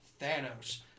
Thanos